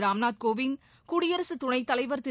ராம்நாத் கோவிந்த் குடியரசுத் துணைத் தலைவர் திரு